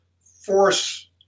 force